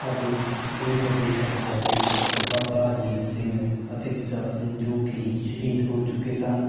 ਸਾਡੇ ਦੋ ਵੱਡੇ ਸਾਹਿਬਜ਼ਾਦੇ ਬਾਬਾ ਅਜੀਤ ਸਿੰਘ ਅਤੇ ਜੁਝਾਰ ਸਿੰਘ ਜੋ ਕਿ ਸ਼ਹੀਦ ਹੋ ਚੁੱਕੇ ਸਨ